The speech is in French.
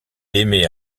aimait